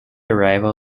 arrival